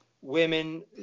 Women